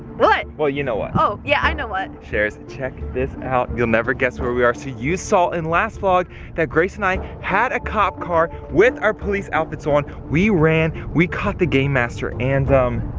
what? well you know what. oh, yeah i know what. sharers, check this out. you'll never guess where we are. so you saw in the last vlog that grace and i had a cop car, with our police outfits on, we ran, we caught the game master, and um,